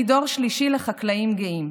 אני דור שלישי לחקלאים גאים.